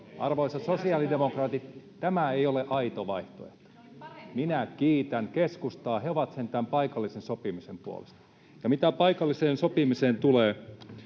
Arvoisat sosiaalidemokraatit, tämä ei ole aito vaihtoehto. Minä kiitän keskustaa. He ovat sentään paikallisen sopimisen puolesta. Ja mitä paikalliseen sopimiseen tulee,